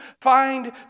find